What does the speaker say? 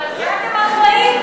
גם לזה אתם אחראים?